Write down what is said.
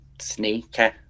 sneaker